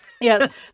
Yes